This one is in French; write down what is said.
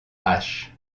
hache